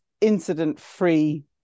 incident-free